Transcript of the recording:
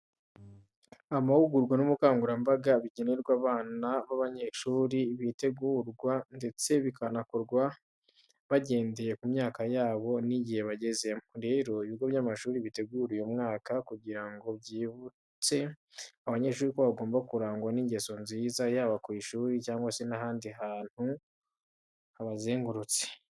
Amahugurwa n'ubukangurambaga bigenerwa abana b'abanyeshuri bitegurwa ndetse bikanakorwa bagendeye ku myaka yabo nigihe bagezemo. Rero, ibigo by'amashuri bitegura uyu mwanya kugira ngo byibutse abanyeshuri ko bagomba kurangwa n'ingeso nziza yaba ku ishuri cyangwa se n'ahandi hantu habazengurutse.